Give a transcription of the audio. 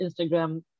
Instagram